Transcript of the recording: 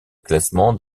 classement